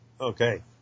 Okay